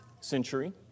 century